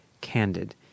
candid